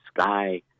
sky